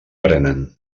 prenen